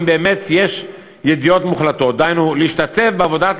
אם באמת יש ידיעות מוחלטות" דהיינו להשתתף בעבודת